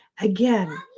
Again